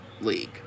League